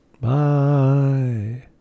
Bye